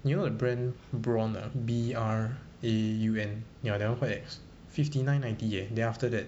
you know at brand braun ah B R A U N yah that [one] quite ex fifty nine ninety eh then after that